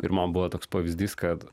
ir man buvo toks pavyzdys kad